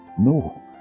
No